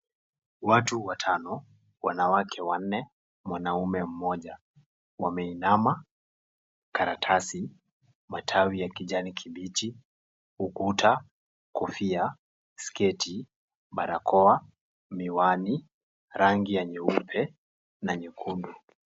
Watu watano, wanawake wanne, mwanamme mmoja. Wameinama, karatasi, matawi ya kijani kibichi, ukuta, kofia, sketi, barakoa, miwani rangi ya nyeupe na nyekundu.